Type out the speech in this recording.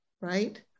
right